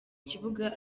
kibuga